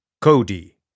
Cody